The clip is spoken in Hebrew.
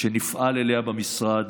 שנפעל לקדם במשרד.